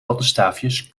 wattenstaafjes